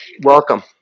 Welcome